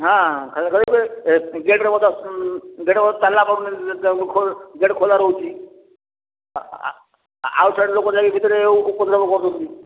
ଗେଟ୍ରେ ତାଲା ଗେଟ୍ ଖୋଲା ରହୁଛି ଆଉଟ୍ ସାଇଡ୍ ଲୋକ ଯାଇକି ଭିତରେ ଉପଦ୍ରବ କରୁଛନ୍ତି